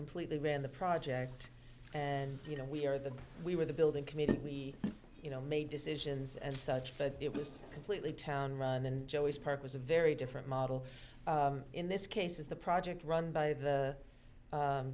completely ran the project and you know we are the we were the building committee we you know made decisions and such but it was completely town run and joe was perp was a very different model in this case is the project run by the